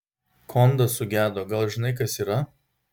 kondas sugedo gal žinai kas yra